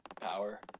power